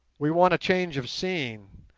we want a change of scene,